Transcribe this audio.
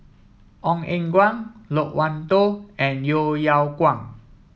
Ong Eng Guan Loke Wan Tho and Yeo Yeow Kwang